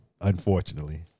unfortunately